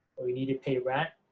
but we need to pay rent,